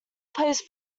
pose